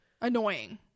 annoying